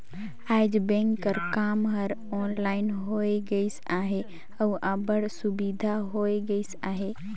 आएज बेंक कर काम हर ऑनलाइन होए गइस अहे अउ अब्बड़ सुबिधा होए गइस अहे